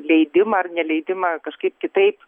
leidimą ar neleidimą kažkaip kitaip